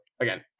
again